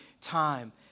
time